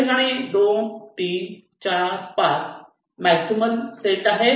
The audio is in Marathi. याठिकाणी 2 3 4 5 मॅक्झिमल सेट आहे